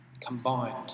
Combined